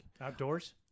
outdoors